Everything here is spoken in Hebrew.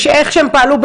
איך שהם פעלו,